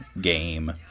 game